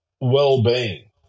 well-being